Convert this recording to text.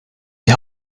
die